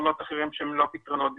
פתרונות אחרים שהם לא פתרונות דיגיטליים.